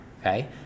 Okay